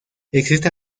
existe